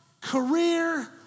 Career